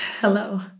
Hello